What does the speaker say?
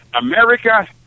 America